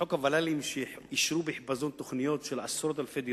החזון של ראש הממשלה הזה,